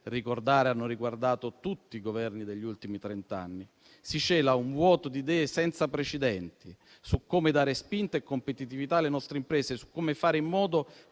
ricordare - hanno riguardato tutti i Governi degli ultimi trent'anni, si cela un vuoto di idee senza precedenti su come dare spinta e competitività alle nostre imprese; su come fare in modo